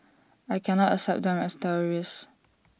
I cannot accept them as terrorists